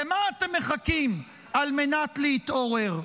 למה אתם מחכים על מנת להתעורר?